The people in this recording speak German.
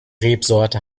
rebsorte